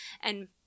and-